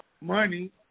money